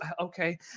Okay